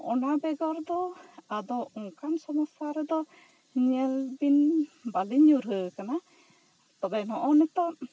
ᱚᱱᱟ ᱵᱮᱜᱚᱨ ᱫᱚ ᱟᱫᱚ ᱚᱝᱠᱟᱱ ᱥᱚᱢᱚᱥᱥᱟ ᱨᱮᱫᱚ ᱧᱮᱞ ᱵᱤᱱ ᱵᱟᱞᱤᱧ ᱧᱩᱨᱦᱟᱹᱣ ᱠᱟᱱᱟ ᱛᱚᱵᱮ ᱱᱚᱜᱼᱚᱭ ᱱᱮᱛᱟᱨ